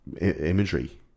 imagery